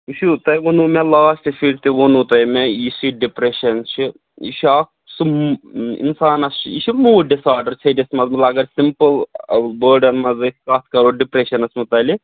یہِ چھُو تۄہہِ ووٚنو مےٚ لاسٹ فِرِ تہِ ووٚنو تۄہہِ مےٚ یُس یہِ ڈِپریٚشَن چھُ یہِ چھُ اَکھ سُہ اِنسانَس چھُ یہِ چھُ موٗڈ ڈِسآرڈَر ڈِس منٛز مطلب اگر سِمپٕل وٲڈَن منٛز أسۍ کَتھ کَرو ڈِپریشَنَس مُتعلِق